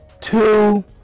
Two